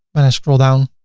when i scroll down,